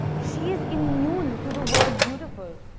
she is immune to the word beautiful.